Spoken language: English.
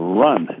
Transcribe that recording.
run